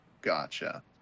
Gotcha